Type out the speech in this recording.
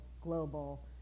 global